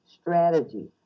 strategy